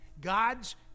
God's